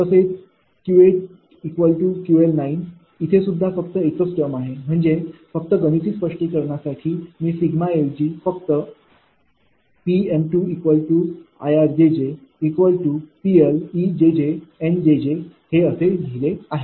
तसेच 𝑄𝑄𝐿 इथे सुद्धा फक्त एकच टर्म आहे म्हणजेच फक्त गणिती स्पष्टीकरणासाठी मी सिग्मा ऐवजी फक्त 𝑃m2𝐼𝑅𝑗𝑗 𝑃𝐿𝑒𝑗𝑗𝑁𝑗𝑗हे असे लिहिले आहे